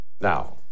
Now